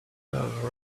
love